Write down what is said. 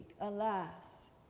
Alas